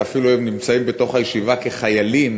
והם אפילו נמצאים בתוך הישיבה כחיילים